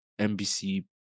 NBC